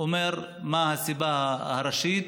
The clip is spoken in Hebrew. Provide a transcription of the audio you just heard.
אומר מה הסיבה הראשית.